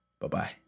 bye-bye